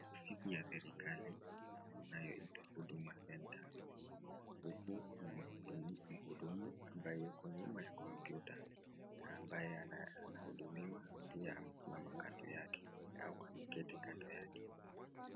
Ofisi ya serikali inayoitwa Huduma Centre huku kuna mhudumu ambaye yuko nyuma ya kompyuta ambaye anahudumiwa pia amesimama kando yake au ameketi kando yake.